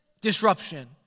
disruption